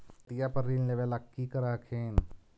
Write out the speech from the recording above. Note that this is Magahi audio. खेतिया पर ऋण लेबे ला की कर हखिन?